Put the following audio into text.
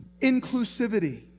inclusivity